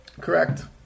Correct